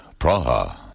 Praha